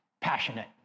passionate